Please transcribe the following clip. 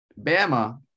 Bama